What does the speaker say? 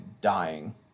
dying